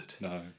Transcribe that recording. No